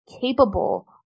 capable